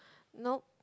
no